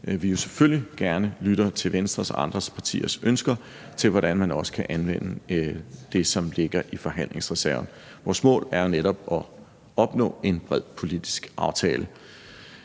vi jo selvfølgelig gerne lytter til Venstres og andre partiers ønsker til, hvordan man også kan anvende det, som ligger i forhandlingsreserven. Vores mål er netop at opnå en bred politisk aftale.